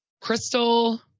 crystal